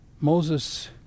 Moses